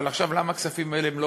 אבל עכשיו, למה הכספים האלה לא